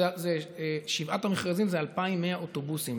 שבעת המכרזים זה 2,100 אוטובוסים.